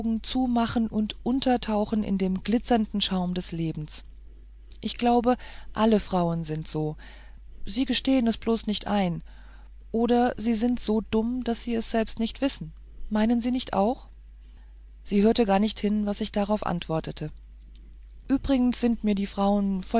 zumachen und untertauchen in dem glitzernden schaum des lebens ich glaube alle frauen sind so sie gestehen es bloß nicht ein oder sind sie so dumm daß sie es selbst nicht wissen meinen sie nicht auch sie hörte gar nicht hin was ich darauf antwortete übrigens sind mir die frauen